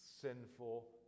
sinful